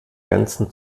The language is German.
ganzen